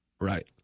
Right